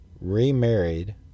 remarried